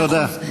מאה אחוז.